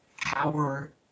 power